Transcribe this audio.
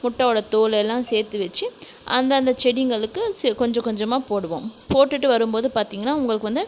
முட்டையோட தோல் எல்லாம் சேர்த்து வச்சு அந்ததந்த செடிங்களுக்கு கொஞ்சம் கொஞ்சமாக போடுவோம் போட்டுவிட்டு வரும்போது பார்த்திங்கன்னா உங்களுக்கு வந்து